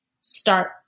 start